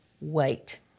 wait